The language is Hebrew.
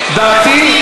לדעתי,